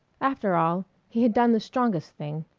after all he had done the strongest thing,